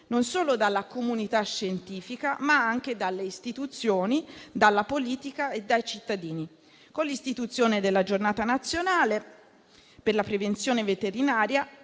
non solo dalla comunità scientifica, ma anche dalle istituzioni, dalla politica e dai cittadini. Con l'istituzione della Giornata nazionale per la prevenzione veterinaria